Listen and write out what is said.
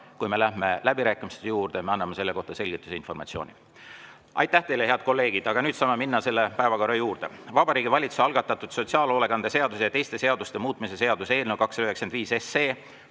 kui me läheme läbirääkimiste juurde, me anname selle kohta selgitusi, informatsiooni. Aitäh teile, head kolleegid! Aga nüüd saame minna selle päevakorra juurde. Vabariigi Valitsuse algatatud sotsiaalhoolekande seaduse ja teiste seaduste muutmise seaduse eelnõu 295